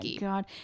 god